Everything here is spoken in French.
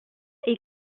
est